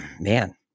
man